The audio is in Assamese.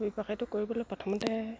ব্যৱসায়টো কৰিবলৈ